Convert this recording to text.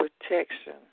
protection